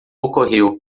ocorreu